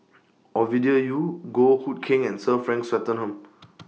Ovidia Yu Goh Hood Keng and Sir Frank Swettenham